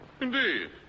indeed